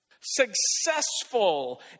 Successful